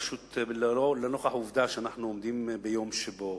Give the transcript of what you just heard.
פשוט לנוכח העובדה שאנחנו עומדים ביום שבו